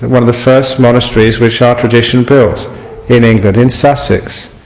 one of the first monasteries which our tradition built in england, in sussex